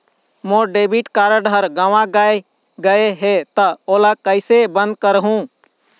मोर debit card हर गंवा गैर गए हे त ओला बंद कइसे करहूं?